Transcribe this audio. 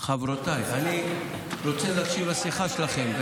חברותיי, אני רוצה להקשיב לשיחה שלכן.